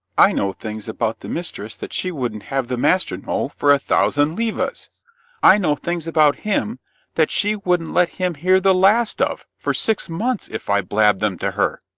i know things about the mistress that she wouldn't have the master know for a thousand levas. i know things about him that she wouldn't let him hear the last of for six months if i blabbed them to her.